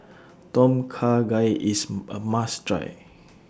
Tom Kha Gai IS A must Try